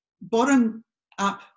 bottom-up